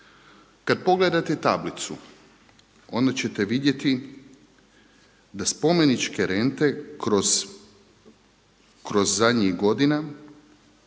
Kad pogledate tablicu onda ćete vidjeti da spomeničke rente kroz zadnjih godina